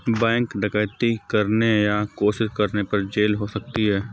bank डकैती करने या कोशिश करने पर जेल हो सकती है